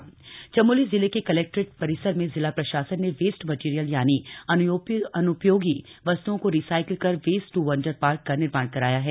park Chamoli Chamoli जिले के collectorate परिसर में जिला प्रशासन ने वेस्ट मटीरियल यानी अन्पयोगी वस्त्ओं को रीसाइकिल कर वेस्ट टू वंडर पार्क का निर्माण कराया है